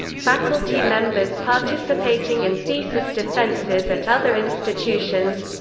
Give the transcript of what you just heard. faculty members participating in thesis defenses at other institutions